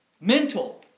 mental